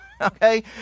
Okay